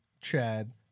Chad